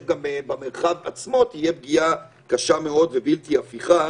גם במרחב עצמו תהיה פגיעה קשה מאוד ובלתי הפיכה